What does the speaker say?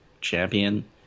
champion